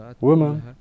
women